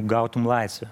gautum laisvę